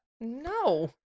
no